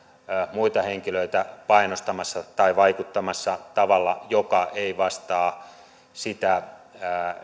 muita henkilöitä painostamassa tai vaikuttamassa tavalla joka ei vastaa sitä